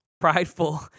prideful